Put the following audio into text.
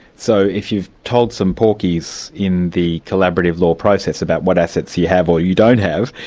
so if you've told some porkies in the collaborative law process about what assets you have or you don't have,